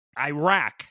Iraq